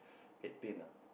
head pain ah